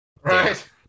Right